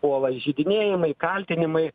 puola įžeidinėjimai kaltinimai